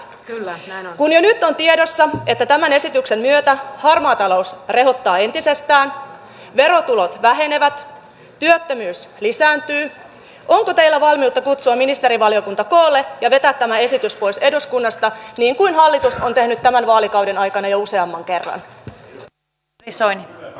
kun jo nyt on tiedossa että tämän esityksen myötä harmaa talous rehottaa entisestään verotulot vähenevät työttömyys lisääntyy onko teillä valmiutta kutsua ministerivaliokunta koolle ja vetää tämä esitys pois eduskunnasta niin kuin hallitus on tehnyt tämän vaalikauden aikana jo useamman kerran